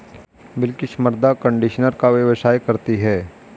बिलकिश मृदा कंडीशनर का व्यवसाय करती है